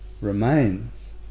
remains